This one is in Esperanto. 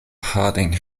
harding